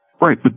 Right